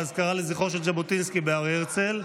באזכרה לזכרו של ז'בוטינסקי בהר הרצל.